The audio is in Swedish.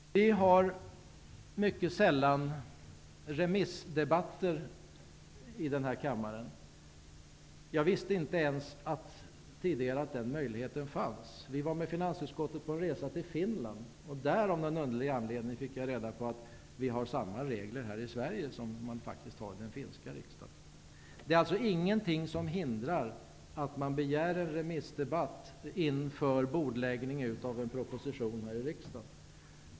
Vi har mycket sällan remissdebatter i denna kammare. Jag visste tidigare inte ens att den möjligheten fanns. Finansutskottet var på en resa till Finland, och av någon anledning fick jag där reda på att vi har samma regler här i Sverige som man har i den finska riksdagen. Det är alltså ingenting som hindrar att man begär en remissdebatt inför bordläggning av en proposition här i riksdagen.